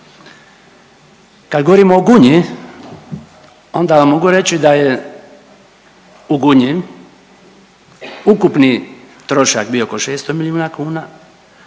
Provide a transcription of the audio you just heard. Kad govorimo o Gunji onda vam mogu reći da je u Gunji ukupni trošak bio oko 600 milijuna kuna,